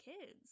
kids